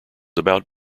about